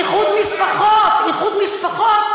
איחוד משפחות איחוד משפחות,